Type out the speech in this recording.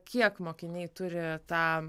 kiek mokiniai turi tą